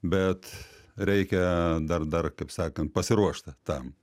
bet reikia dar dar kaip sakant pasiruošti tam